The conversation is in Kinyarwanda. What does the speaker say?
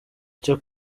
cyo